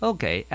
Okay